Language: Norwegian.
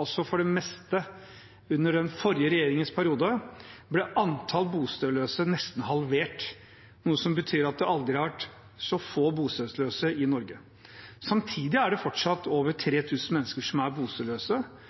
altså for det meste under den forrige regjeringens periode, ble antall bostedsløse nesten halvert, noe som betyr at det aldri har vært så få bostedsløse i Norge. Samtidig er det fortsatt over 3 000 mennesker som er